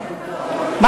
אני